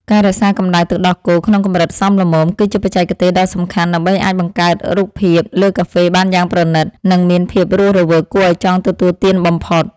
ការរក្សាកម្តៅទឹកដោះគោក្នុងកម្រិតសមល្មម គឺជាបច្ចេកទេសដ៏សំខាន់ដើម្បីអាចបង្កើតរូបភាពលើកាហ្វេបានយ៉ាងប្រណីត និង មានភាពរស់រវើកគួរឱ្យចង់ទទួលទានបំផុត។